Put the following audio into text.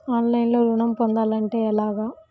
ఆన్లైన్లో ఋణం పొందాలంటే ఎలాగా?